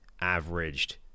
averaged